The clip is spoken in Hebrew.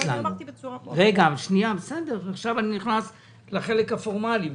אני נכנס עכשיו לחלק הפורמלי,